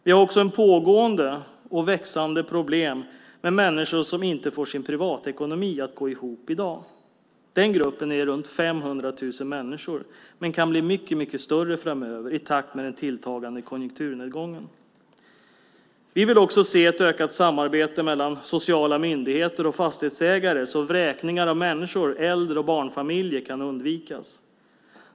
Vi har också ett pågående och växande problem med människor som inte får sin privatekonomi att gå ihop i dag. Den gruppen består av runt 500 000 människor, men kan bli mycket större framöver i takt med den tilltagande konjunkturnedgången. Vi vill också se ett ökat samarbete mellan sociala myndigheter och fastighetsägare, så att vräkningar av äldre och barnfamiljer kan undvikas.